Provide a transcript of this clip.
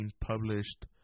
published